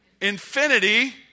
infinity